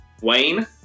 Wayne